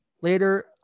later